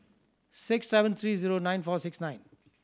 six seven three zero nine four six nine